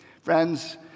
Friends